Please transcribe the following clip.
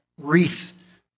wreath